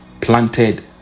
planted